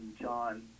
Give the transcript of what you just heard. John